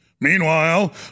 Meanwhile